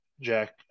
Jack